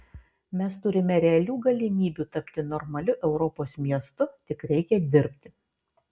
mes turime realių galimybių tapti normaliu europos miestu tik reikia dirbti